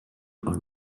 are